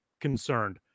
concerned